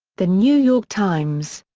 the new york times.